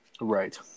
Right